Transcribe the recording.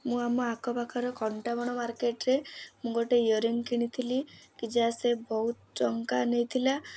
ମୁଁ ଆମ ଆଖପାଖର କଣ୍ଟାବଣ ମାର୍କେଟ୍ରେ ଗୋଟେ ଇଅରିଂ କିଣିଥିଲି କି ଯାହା ସେ ବହୁତ ଟଙ୍କା ନେଇଥିଲା